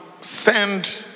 send